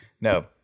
No